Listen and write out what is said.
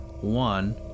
one